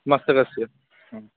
मस्तकस्य